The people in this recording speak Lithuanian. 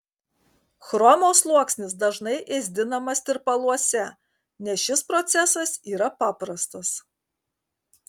chromo sluoksnis dažnai ėsdinamas tirpaluose nes šis procesas yra paprastas